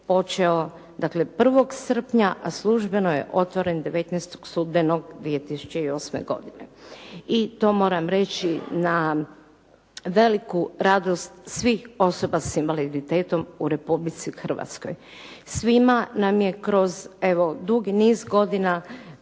dakle 1. srpnja, a službeno je otvoren 19. studenog 2008. godine. I to moram reći, na veliku radost svih osoba s invaliditetom u Republici Hrvatskoj. Svima nam je kroz, evo dugi niz godina